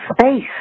space